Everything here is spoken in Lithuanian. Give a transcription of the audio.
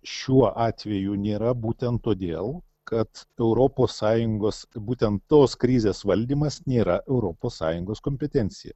šiuo atveju nėra būtent todėl kad europos sąjungos būtent tos krizės valdymas nėra europos sąjungos kompetencija